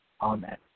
Amen